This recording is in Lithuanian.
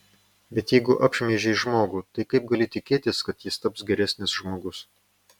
bet jeigu apšmeižei žmogų tai kaip gali tikėtis kad jis taps geresnis žmogus